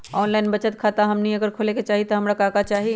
Online बचत खाता हमनी अगर खोले के चाहि त हमरा का का चाहि?